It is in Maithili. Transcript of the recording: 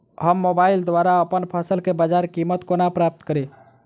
हम मोबाइल द्वारा अप्पन फसल केँ बजार कीमत कोना प्राप्त कड़ी?